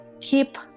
keep